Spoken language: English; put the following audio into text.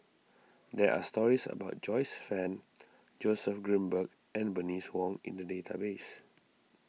there are stories about Joyce Fan Joseph Grimberg and Bernice Wong in the database